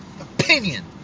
opinion